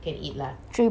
three pax ah